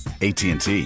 ATT